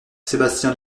sébastien